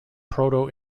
proto